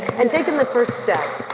and taking the first step,